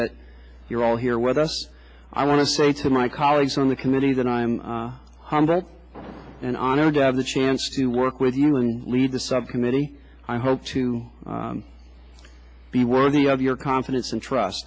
that you're all here with us i want to say to my colleagues on the committee that i'm humbled and honored to have the chance to work with you and lead the subcommittee i hope to be worthy of your confidence and trust